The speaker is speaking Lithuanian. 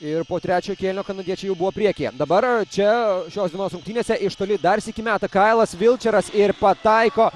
ir po trečio kėlinio kanadiečiai jau buvo priekyje dabar čia šios dienos rungtynėse iš toli dar sykį meta kailas vilčeras ir pataiko